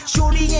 Surely